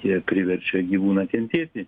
jie priverčia gyvūną kentėti